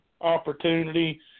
opportunity